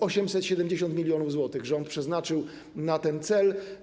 870 mln zł rząd przeznaczył na ten cel.